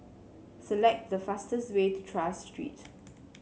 select the fastest way to Tras Street